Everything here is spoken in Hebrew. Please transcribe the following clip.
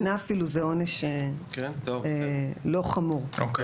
שנה זה עונש לא חמור אפילו.